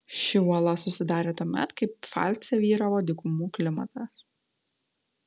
ši uola susidarė tuomet kai pfalce vyravo dykumų klimatas